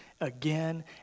again